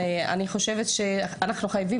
אני חושבת שאנחנו צריכים